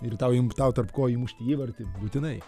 ir tau imk tau tarp kojų įmušti įvartį būtinai